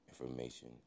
information